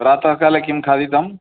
प्रातःकाले किं खादितम्